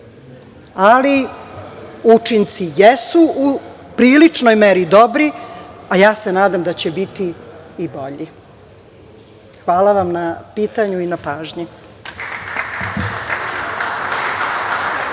ali, učinci jesu u priličnoj meri dobri, a ja se nadam da će biti i bolji. Hvala vam na pitanju i na pažnji.